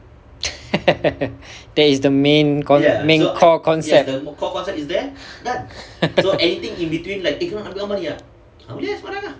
that is the main main core concept